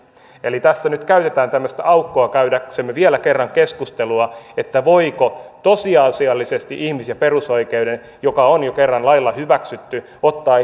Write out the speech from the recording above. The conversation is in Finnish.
eli tässä nyt käytämme tämmöistä aukkoa käydäksemme vielä kerran keskustelua voiko tosiasiallisesti ihmis ja perusoikeuden joka on jo kerran lailla hyväksytty ottaa